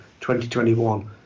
2021